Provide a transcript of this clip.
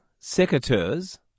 secateurs